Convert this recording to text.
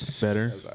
Better